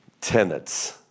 tenets